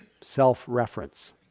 self-reference